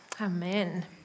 amen